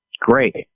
great